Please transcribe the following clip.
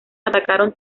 atacaron